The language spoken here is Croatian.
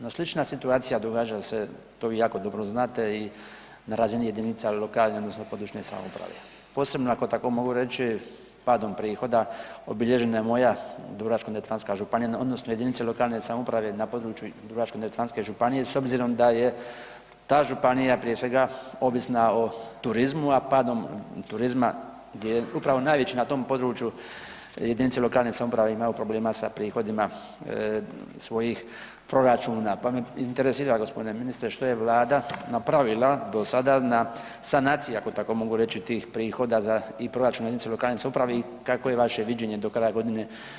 No slična situacija događa se, to vi jako dobro znate i na razini jedinica lokalne odnosno područne samouprave, posebno ako tako mogu reći padom prihoda obilježena je moja Dubrovačko-neretvanska županija odnosno jedinice lokalne samouprave na području Dubrovačko-neretvanske županije s obzirom da je ta županija prije svega ovisna o turizmu, a padom turizma gdje je upravo najveći na tom području jedinice lokalne samouprave imaju problema sa prihodima svojih proračuna, pa me interesira gospodine ministre što je Vlada napravila do sada na sanaciji, ako tako mogu reći tih prihoda i proračuna jedinice lokalne samouprave i kakvo je vaše viđenje do kraja godine?